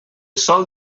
sol